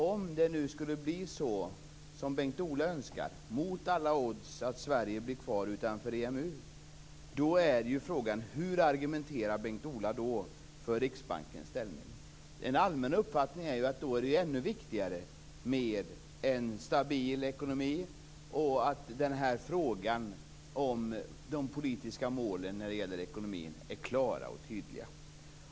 Om det skulle bli så som Bengt-Ola Ryttar önskar, att Sverige mot alla odds blir utanför EMU, hur argumenterar Bengt-Ola Ryttar då för Riksbankens ställning? En allmän uppfattning är att det då är ännu viktigare med en stabil ekonomi och att frågan om de politiska målen för ekonomin är klara och tydliga.